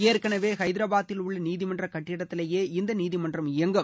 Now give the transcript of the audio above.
ஏற்கனவே ஐதராபாதில் உள்ள நீதிமன்ற கட்டிடத்திலேயே இந்த நீதிமன்றம் இயங்கும்